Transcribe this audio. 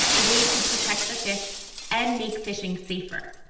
a way to protect the fish and make fishing safer.